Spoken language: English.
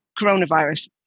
coronavirus